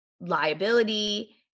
liability